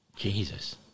Jesus